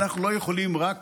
שאנחנו לא יכולים רק